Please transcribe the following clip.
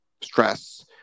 stress